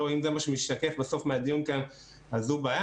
אם זה מה שמשתקף בסוף מהדיון כאן זו בעיה.